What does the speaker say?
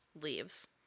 leaves